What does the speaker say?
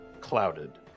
clouded